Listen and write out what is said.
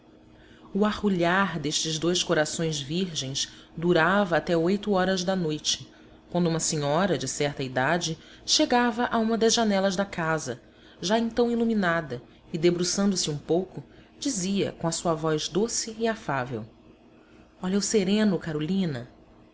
o arrulhar destes dois corações virgens durava até oito horas da noite quando uma senhora de certa idade chegava a uma das janelas da casa já então iluminada e debruçando-se um pouco dizia com a sua voz doce e afável olha o sereno carolina